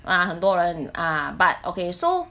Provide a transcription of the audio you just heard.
ah 很多人 ah but okay so